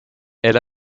elle